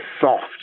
soft